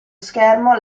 schermo